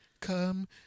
come